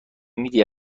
میدی